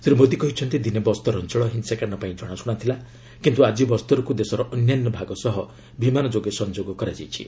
ଶ୍ରୀ ମୋଦି କହିଛନ୍ତି ଦିନେ ବସ୍ତର ଅଞ୍ଚଳ ହିଂସାକାଣ୍ଡ ପାଇଁ ଜଣାଶୁଣା ଥିଲା କିନ୍ତୁ ଆଜି ବସ୍ତରକୁ ଦେଶର ଅନ୍ୟାନ୍ୟ ଭାଗ ସହ ବିମାନ ଯୋଗେ ସଂଯୋଗ କରାଯାଇଛି